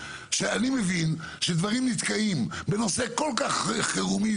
שאני מבין שדברים נתקעים בנושא כל כך חירומי